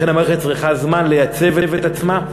לכן המערכת צריכה זמן לייצב את עצמה,